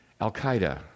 Al-Qaeda